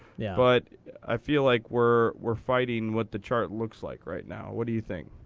yeah. but i feel like we're we're fighting what the chart looks like right now. what do you think?